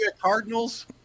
Cardinals